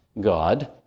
God